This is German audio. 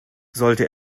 sollte